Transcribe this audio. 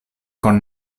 con